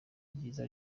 ryiza